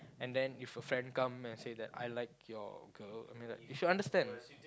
and then if your friend come and say that I like your girl I mean like you should understand